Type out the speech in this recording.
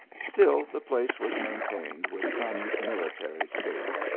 still the place was maintained with some military state.